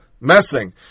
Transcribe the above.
Messing